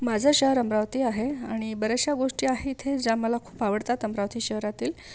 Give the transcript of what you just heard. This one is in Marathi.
माझं शहर अमरावती आहे आणि बऱ्याचशा गोष्टी आहेत हे ज्या मला खूप आवडतात अमरावती शहरातील